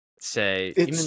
say